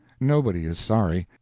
nobody is sorry.